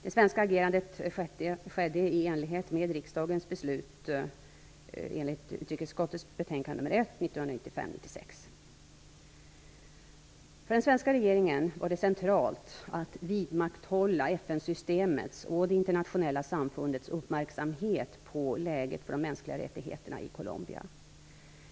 Det svenska agerandet skedde i enlighet med riksdagens beslut i anslutning till utrikesutskottets betänkande 1995/96:UU1. För den svenska regeringen var det centralt att vidmakthålla FN-systemets och det internationella samfundets uppmärksamhet på läget för de mänskliga rättigheterna i Colombia.